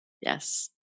Yes